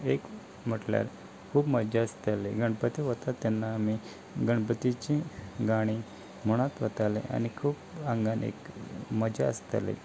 एक म्हटल्यार खूब मज्जा आसताली गणपती वता तेन्ना आमी गणपतीची गाणी म्हणत वताले आनी खूब आंगान एक मजा आसताली